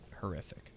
horrific